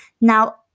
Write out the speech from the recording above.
Now